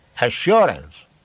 assurance